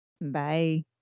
Bye